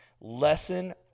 lesson